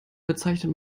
bezeichnet